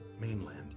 mainland